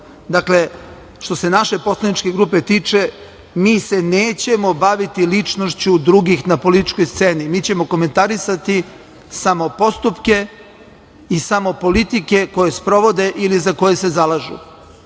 dobro. Što se naše poslaničke grupe tiče, mi se nećemo baviti ličnošću drugih na političkoj sceni. Mi ćemo komentarisati samo postupke i samo politike koje sprovode ili za koje se zalažu.